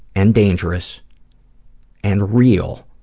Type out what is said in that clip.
and dangerous and real